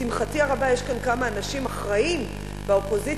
לשמחתי הרבה יש כאן כמה אנשים אחראיים באופוזיציה,